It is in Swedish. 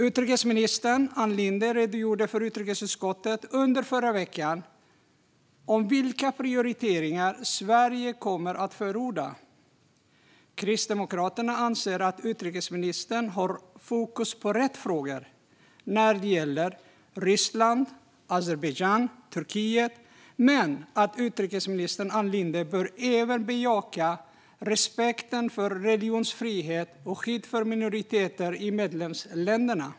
Utrikesminister Ann Linde redogjorde inför utrikesutskottet under förra veckan för vilka prioriteringar Sverige kommer att förorda. Kristdemokraterna anser att utrikesministern har fokus på rätt frågor när det gäller Ryssland, Azerbajdzjan och Turkiet men att utrikesminister Ann Linde även bör bejaka respekten för religionsfrihet och skyddet för minoriteter i medlemsländerna.